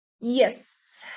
Yes